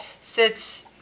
sits